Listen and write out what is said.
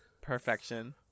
perfection